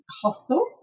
hostel